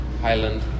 Highland